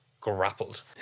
grappled